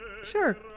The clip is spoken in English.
Sure